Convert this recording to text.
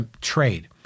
trade